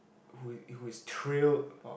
who who is thrilled about